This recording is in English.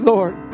Lord